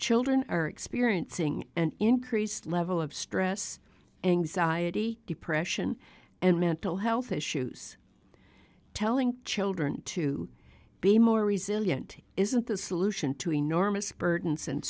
children are experiencing an increased level of stress anxiety depression and mental health issues telling children to be more resilient isn't the solution to enormous burden